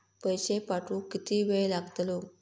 पैशे पाठवुक किती वेळ लागतलो?